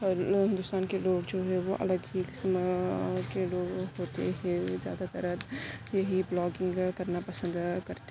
اور ہندوستان کے لوگ جو ہے وہ الگ ہی قسم کے لوگ ہوتے ہے وہ زیادہ تر یہی بلاگنگ کرنا پسند کرتے